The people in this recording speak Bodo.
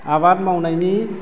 आबाद मावनायनि